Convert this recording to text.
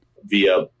via